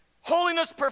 holiness